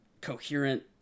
coherent